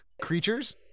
creatures